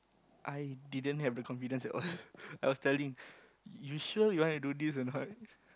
i didn't have the confidence at all I was telling you sure you want to do this or not